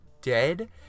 Dead